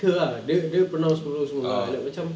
her ah dia dia pronouns semua semua ah like macam